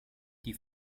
die